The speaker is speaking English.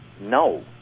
No